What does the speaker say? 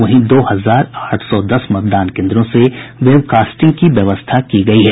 वहीं दो हजार आठ सौ दस मतदान केन्द्रों से वेबकास्टिंग की व्यवस्था की गयी है